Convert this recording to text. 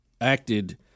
acted